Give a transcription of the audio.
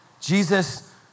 Jesus